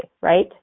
right